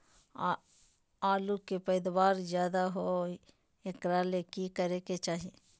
आलु के पैदावार ज्यादा होय एकरा ले की करे के चाही?